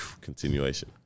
continuation